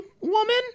woman